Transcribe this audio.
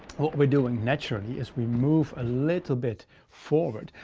what we're doing naturally, is we move a little bit forward,